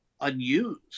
unused